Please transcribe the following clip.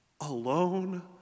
Alone